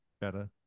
better